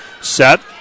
set